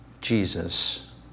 Jesus